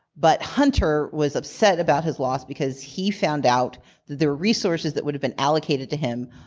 but hunter was upset about his loss because he found out that there were resources that would have been allocated to him,